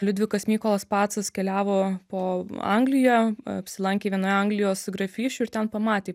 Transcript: liudvikas mykolas pacas keliavo po angliją apsilankė vienoje anglijos grafysčių ir ten pamatė